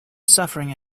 suffering